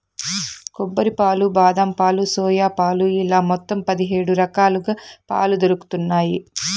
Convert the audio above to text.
కొబ్బరి పాలు, బాదం పాలు, సోయా పాలు ఇలా మొత్తం పది హేడు రకాలుగా పాలు దొరుకుతన్నాయి